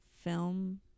Film